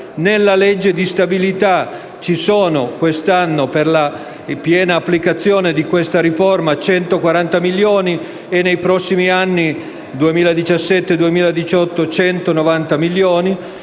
Nella legge di stabilità ci sono quest'anno, per la piena applicazione di questa riforma, 140 milioni; nei prossimi anni 2017 e 2018 sono